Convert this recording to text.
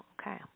Okay